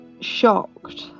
shocked